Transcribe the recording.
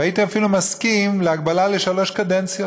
והייתי אפילו מסכים להגבלה לשלוש קדנציות.